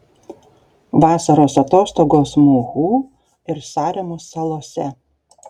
vasaros atostogos muhu ir saremos salose